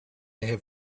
have